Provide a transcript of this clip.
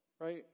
right